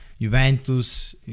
Juventus